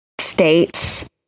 states